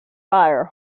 fire